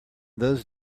those